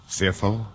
fearful